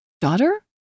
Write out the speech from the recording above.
Daughter